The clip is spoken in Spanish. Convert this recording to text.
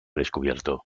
descubierto